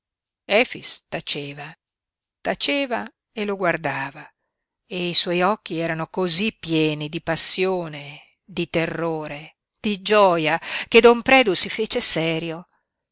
sai efix taceva taceva e lo guardava e i suoi occhi erano cosí pieni di passione di terrore di gioia che don predu si fece serio